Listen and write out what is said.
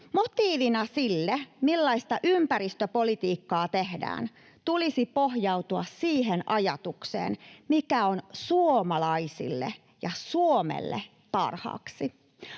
Motiivin sille, millaista ympäristöpolitiikkaa tehdään, tulisi pohjautua siihen ajatukseen, mikä on suomalaisille ja Suomelle parhaaksi.